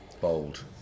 bold